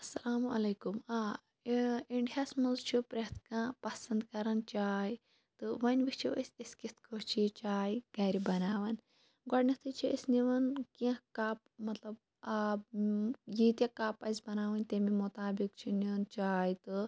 اَلسَلامُ علیکُم آ یہِ اِنڈیا ہَس منٛز چھُ پرٛیٚتھ کانٛہہ پَسنٛد کَران چاے تہٕ وۄنۍ وُچھو أسۍ أسۍ کِتھ پٲٹھۍ چھِ یہِ چاے گھرِ بَناوان گۄڈٕنیٚتھٕے چھِ أسۍ نِوان کیٚنٛہہ کَپ مطلب آب ییٖتیٛاہ کَپ اسہِ بَناوٕنۍ تمے مطابق چھِ نِنۍ چاے تہٕ